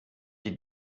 die